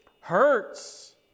hurts